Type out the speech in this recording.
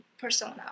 persona